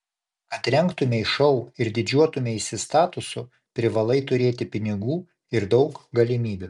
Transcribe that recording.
kad rengtumei šou ir didžiuotumeisi statusu privalai turėti pinigų ir daug galimybių